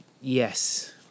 Yes